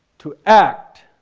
to act,